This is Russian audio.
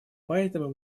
поэтому